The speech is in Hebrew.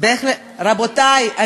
ושל ראש הממשלה.